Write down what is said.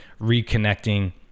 reconnecting